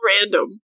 random